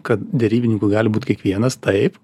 kad derybininku gali būt kiekvienas taip